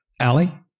Allie